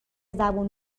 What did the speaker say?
زبون